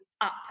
up